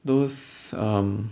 those err